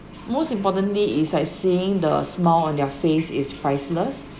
most importantly is like seeing the smile on their face is priceless